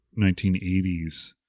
1980s